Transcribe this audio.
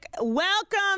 Welcome